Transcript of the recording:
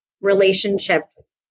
relationships